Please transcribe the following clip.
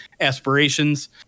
aspirations